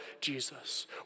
Jesus